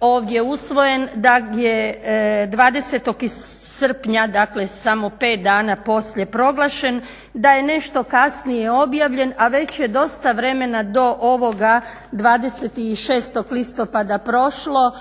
ovdje usvojen, da je 20. srpnja, dakle samo pet dana poslije proglašen, da je nešto kasnije objavljen, a već je dosta vremena do ovoga 26.listopada prošlo